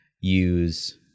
use